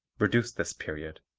reduce this period.